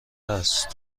است